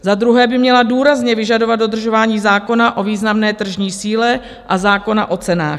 Za druhé by měla důrazně vyžadovat dodržování zákona o významné tržní síle a zákona o cenách.